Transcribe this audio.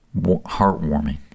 heartwarming